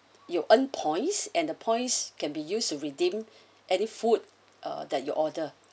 you earn points and the points can be used to redeem any food uh that your order